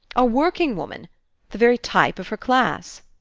a working-woman the very type of her class.